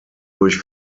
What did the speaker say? durch